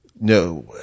no